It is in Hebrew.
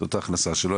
זאת ההכנסה שלו,